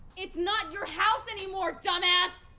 it's not your house anymore, dumbass!